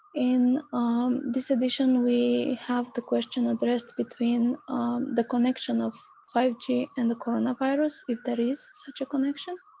in this edition we have the question addressed between the connection of five g and the coronavirus, if there is such a connection.